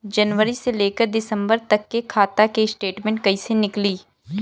जनवरी से लेकर दिसंबर तक के खाता के स्टेटमेंट कइसे निकलि?